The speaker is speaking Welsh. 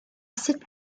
sut